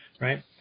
Right